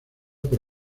por